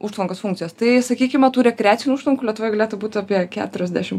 užtvankos funkcijos tai sakykime tų rekreacinių užtvankų lietuvoj galėtų būt apie keturiasdešim